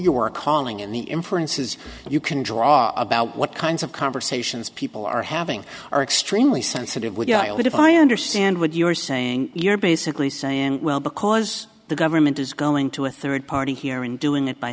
you are calling in the inferences you can draw about what kinds of conversations people are having are extremely sensitive with that if i understand what you're saying you're basically saying well because the government is going to a third party here and doing it by